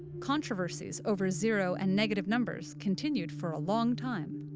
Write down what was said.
controversies over zero and negative numbers continued for a long time.